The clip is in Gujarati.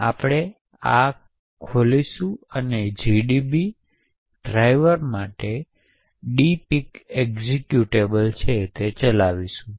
તેથી આપણે આ ખોલીશું અને જીડીબી ડ્રાઈવર માટે dpic એક્ઝેક્યુટેબલ છે ચલાવીશું